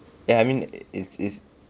ya I mean it's is